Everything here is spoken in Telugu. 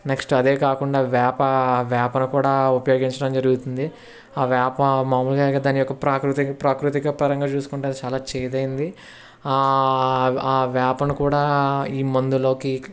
నెక్స్ట్ అదే కాకుండా వేప వేపను కూడా ఉపయోగించడం జరుగుతుంది ఆ వేప మామూలుగా దాని యొక్క ప్రాకృతి ప్రాకృతిక పరంగా చూసుకుంటే అది చాలా చేదు అయినది ఆ వేపను కూడా ఈ మందులోకి